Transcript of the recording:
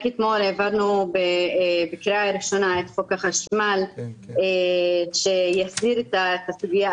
רק אתמול העברנו בקריאה ראשונה את חוק החשמל שיסדיר את הסוגיה,